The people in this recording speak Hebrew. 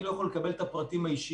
אני לא יכול לקבל את הפרטים האישיים.